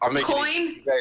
Coin